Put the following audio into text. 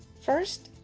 first,